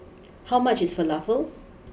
how much is Falafel